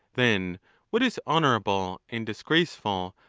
then what is honourable and disgraceful,